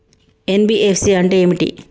NBFC అంటే ఏమిటి?